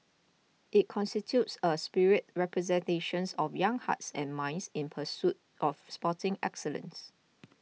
it constitutes a spirited representations of young hearts and minds in pursuit of sporting excellence